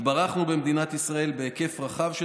התברכנו במדינת ישראל בהיקף רחב של